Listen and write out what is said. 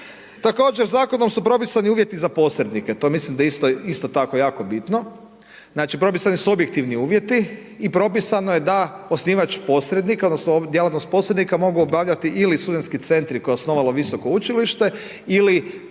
Također zakonom su propisani uvjeti za posrednike, to mislim da je isto tako jako bitno. Znači propisani su objektivni uvjeti i propisano je da osnivač posrednik, odnosno djelatnost posrednika mogu obavljati ili studentski centri koje je osnovalo Visoko učilište ili